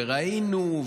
וראינו,